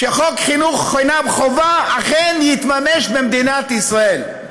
שחוק חינוך חינם חובה אכן יתממש במדינת ישראל,